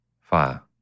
Fire